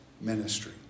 ministry